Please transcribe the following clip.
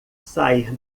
sair